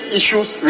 issues